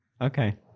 Okay